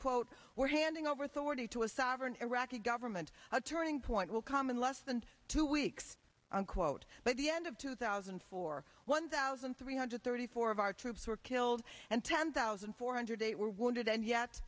quote we're handing over sortie to a sovereign iraqi government a turning point will come in less than two weeks unquote by the end of two thousand and four one thousand three hundred thirty four of our troops were killed and ten thousand four hundred eight were wounded and yet